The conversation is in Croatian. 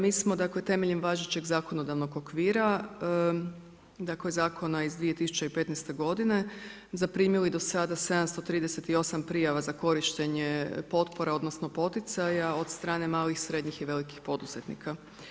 Mi smo dakle temeljem važećeg zakonodavnog okvira, dakle zakona iz 2015. godine zaprimili do sada 738 prijava za korištenje potpora odnosno poticaja od strane malih, srednjih i velikih poduzetnika.